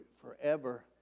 forever